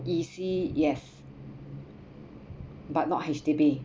E_C yes but not H_D_B